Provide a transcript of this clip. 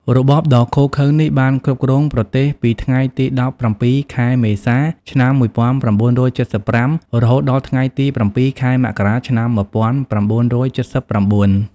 របបដ៏ឃោរឃៅនេះបានគ្រប់គ្រងប្រទេសពីថ្ងៃទី ១៧ ខែមេសា ឆ្នាំ១៩៧៥ រហូតដល់ថ្ងៃទី ៧ ខែមករា ឆ្នាំ១៩៧៩។